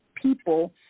people